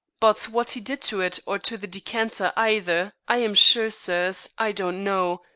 but what he did to it or to the decanter either, i am sure, sirs, i don't know,